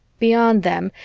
beyond them,